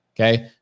Okay